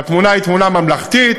והתמונה היא תמונה ממלכתית,